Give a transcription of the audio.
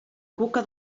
cuca